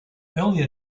earlier